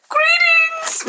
Greetings